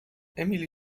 emil